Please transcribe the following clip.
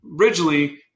Originally